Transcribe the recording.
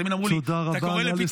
תמיד אמרו לי, אתה קורא לפיטורים.